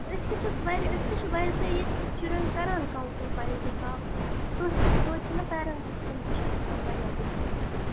أسۍ تہِ چھِس واریاہ أسۍ تہِ چھِ ویسے ییٚتہِ شُرٮ۪ن کران کاونٛسِل پنٛنہِ حساب تہٕ تُہۍ تہٕ تویتہِ چھُ نہ پیرنٛٹسَس کُن تہِ چھُ آسان واریاہ